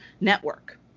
Network